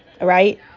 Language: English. Right